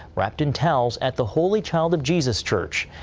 wrapped in towels at the holy child of jesus church.